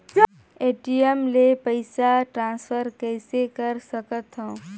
ATM ले पईसा transfer कइसे कर सकथव?